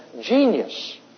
genius